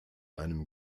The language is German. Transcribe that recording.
einem